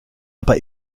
aber